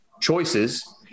choices